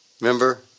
remember